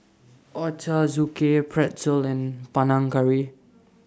Ochazuke Pretzel and Panang Curry